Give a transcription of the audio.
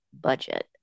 budget